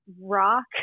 rock